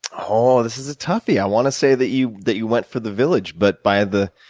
oh, this is a toughie. i want to say that you that you went for the village but by the